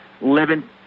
living